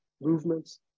movements